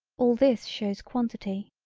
all this shows quantity.